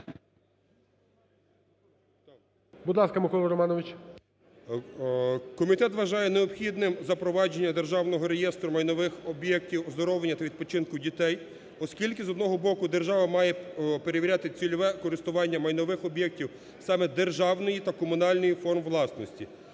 Комітет вважає необхідним запровадження державного реєстру майнових об'єктів оздоровлення та відпочинку дітей, оскільки, з одного боку, держава має перевіряти цільове користування майнових об'єктів саме державної та комунальної форм власності,